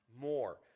more